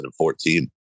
2014